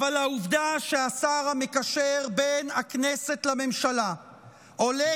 אבל העובדה שהשר המקשר בין הכנסת לממשלה עולה